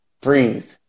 breathe